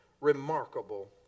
remarkable